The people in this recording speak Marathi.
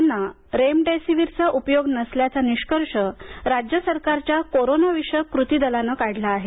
त्यांना रेमडेसिविरचा उपयोग नसल्याचा निष्कर्ष राज्य सरकारच्या कोरोना विषयक कृती दलानं काढला आहे